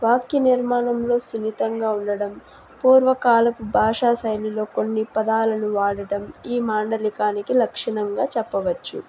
వాక్య నిర్మాణంలో సున్నితంగా ఉండడం పూర్వకాలపు భాషా శైలిలో కొన్ని పదాలను వాడడం ఈ మాండలికానికి లక్షణంగా చెప్పవచ్చు